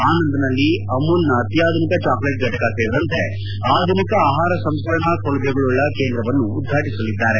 ಆನಂದ್ನಲ್ಲಿ ಅಮುಲ್ನ ಅತ್ಲಾಧುನಿಕ ಚಾಕಲೇಟ್ ಫಟಕ ಸೇರಿದಂತೆ ಆಧುನಿಕ ಆಹಾರ ಸಂಸ್ಕರಣ ಸೌಲಭ್ಯಗಳುಳ್ದ ಕೇಂದ್ರವನ್ನು ಉದ್ವಾಟಸಲಿದ್ದಾರೆ